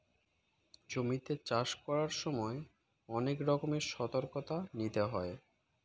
জমিতে চাষ করার সময় অনেক রকমের সতর্কতা নিতে হয়